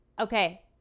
okay